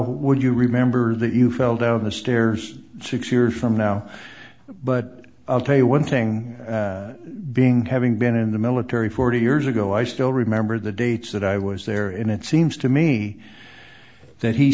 would you remember that you fell down the stairs six years from now but i'll tell you one thing being having been in the military forty years ago i still remember the dates that i was there and it seems to me that he